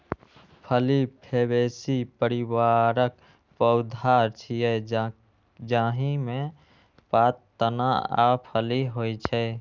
फली फैबेसी परिवारक पौधा छियै, जाहि मे पात, तना आ फली होइ छै